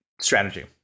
strategy